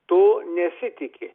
to nesitiki